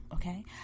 Okay